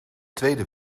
tweede